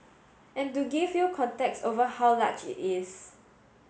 and to give you context over how large it is